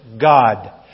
God